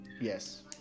Yes